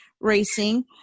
Racing